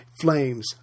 flames